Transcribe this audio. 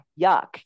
yuck